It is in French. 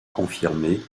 confirmée